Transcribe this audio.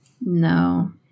No